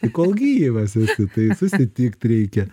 tai kol gyvas esi tai susitikt reikia